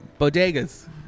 Bodegas